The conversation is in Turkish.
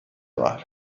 var